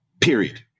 period